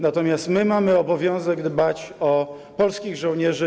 Natomiast my mamy obowiązek dbać o polskich żołnierzy.